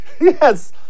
Yes